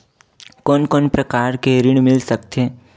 कोन कोन प्रकार के ऋण मिल सकथे?